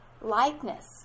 likeness